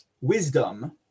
wisdom